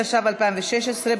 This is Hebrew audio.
התשע"ו 2016,